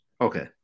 Okay